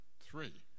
three